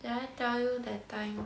did I tell you that time